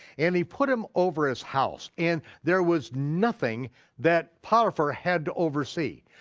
and he put him over his house, and there was nothing that potiphar had to oversee.